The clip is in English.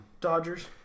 Dodgers